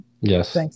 Yes